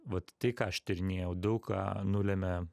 vat tai ką aš tyrinėjau daug ką nulėmė